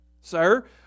Sir